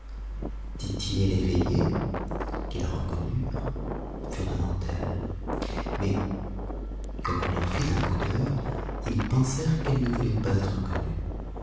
l'eveillé qui la reconnurent furent au-devant d'elle mais comme elle leur fit un coup d'oeil ils pensèrent qu'elle ne voulait pas être connue